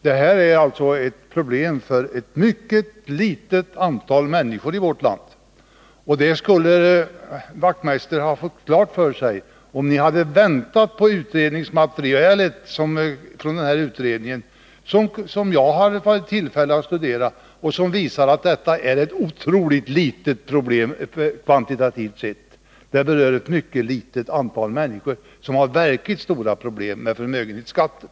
Förmögenhetsskatten är ett problem för ett mycket litet antal människor i vårt land, och det skulle herr Wachtmeister ha fått klart för sig, om man hade väntat på materialet från utredningen, som jag har varit i tillfälle att studera och som visar att detta är ett oerhört litet problem, kvantitativt sett. Ytterst få människor har verkligt stora problem med förmögenhetsskatten.